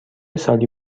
سالی